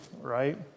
right